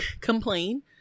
complain